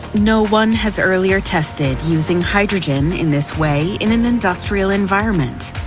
no one has earlier tested using hydrogen in this way in an industrial environment,